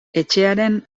etxearen